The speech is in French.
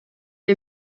les